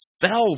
fell